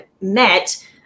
met